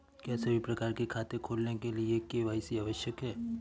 क्या सभी प्रकार के खाते खोलने के लिए के.वाई.सी आवश्यक है?